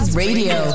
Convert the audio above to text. radio